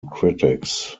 critics